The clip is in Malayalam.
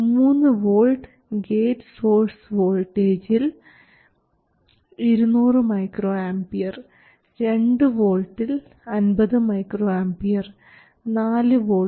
3 വോൾട്ട് ഗേറ്റ് സോഴ്സ് വോൾട്ടേജിൽ 200 µA 2 വോൾട്ടിൽ 50 µA 4 വോൾട്ടിൽ 450 µA